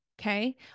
okay